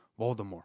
Voldemort